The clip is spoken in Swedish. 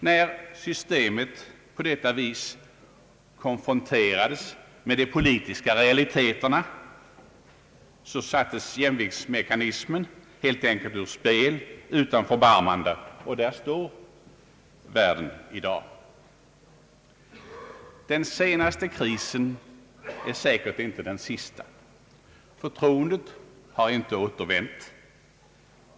När systemet på detta sätt konfronterades med de politiska realiteterna sattes jämviktsmekanismen helt enkelt ur spel utan förbarmande, och där står världen i dag. Den senaste krisen är säkert inte den sista. Förtroendet har inte återvänt.